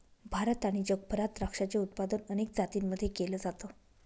भारत आणि जगभरात द्राक्षाचे उत्पादन अनेक जातींमध्ये केल जात